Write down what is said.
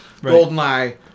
GoldenEye